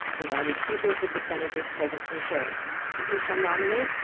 provided two thirds of the senators present concur and he shall nominate,